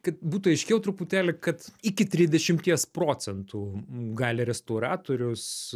kad būtų aiškiau truputėlį kad iki trisdešimies procentų gali restauratorius